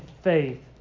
faith